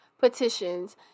petitions